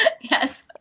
Yes